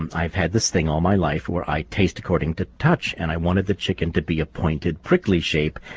and i've had this thing all my life where i taste according to touch. and i wanted the chicken to be a pointed, prickly shape.